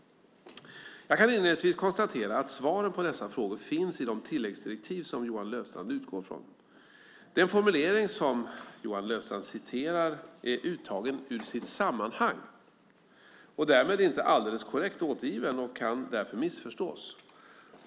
Jag kan inledningsvis konstatera att svaren på dessa frågor finns i de tilläggsdirektiv som Johan Löfstrand utgår från. Den formulering som Johan Löfstrand citerar är uttagen ur sitt sammanhang och därmed inte alldeles korrekt återgiven och kan därför missförstås.